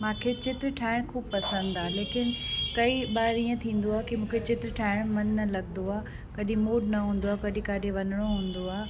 मूंखे चित्र ठाहिणु ख़ूबु पसंदि आहे लेकिन कई बार इहा थींदो आहे की मूंखे चित्र ठाहिण में मनु न लॻंदो आहे कॾहिं मूड न हूंदो आहे कॾहिं काॾे वञिणो हूंदो आहे